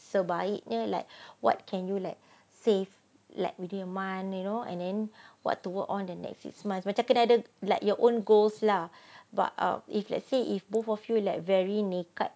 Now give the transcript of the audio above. sebaiknya like what can you like save like within a month you know and then what to work on the next next month macam kena ada like your own goals lah but if let's say if both of you like very nekad